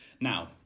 Now